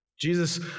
Jesus